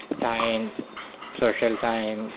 science social science